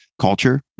culture